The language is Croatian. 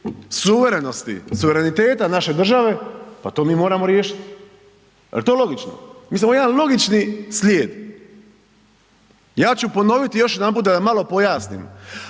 suverenosti, suvereniteta naše države, pa to mi moramo riješiti. Je li to logično? Mislim, ovo je jedan logični slijed. Ja ću ponoviti još jedanput da malo pojasnim.